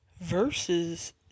versus